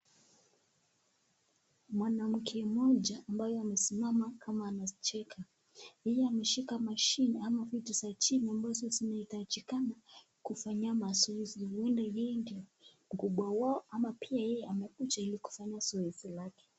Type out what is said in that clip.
Mwanamke mmoja ambaye amesimama kama anacheka. Pia ameshika mashine ama vitu za chini ambazo zinaitajikana kifanyia mazoezi. Huenda yeye ndio mkubwa wao ama pia yeye amekuja Ili kufanya zoezi lake.